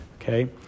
okay